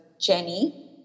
Jenny